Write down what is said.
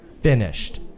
Finished